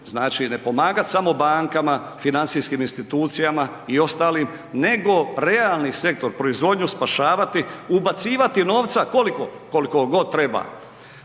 znači ne pomagat samo bankama, financijskim institucijama i ostalim, nego realni sektor, proizvodnju spašavati, ubacivati novca koliko?, koliko